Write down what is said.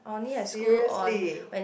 seriously